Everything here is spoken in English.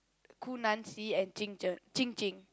Gu Nan Xi and Qing Qing